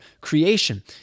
creation